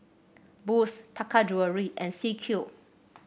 Boost Taka Jewelry and C Cube